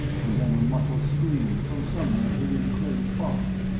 and then a muffled scream from somewhere within cray's folly.